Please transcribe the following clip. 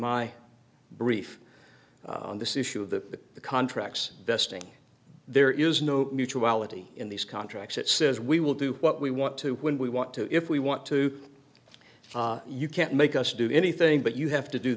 my brief on this issue of the the contracts besting there is no mutuality in these contracts that says we will do what we want to when we want to if we want to you can't make us do anything but you have to do